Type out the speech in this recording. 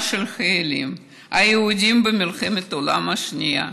של החיילים היהודים במלחמת העולם השנייה.